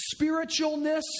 spiritualness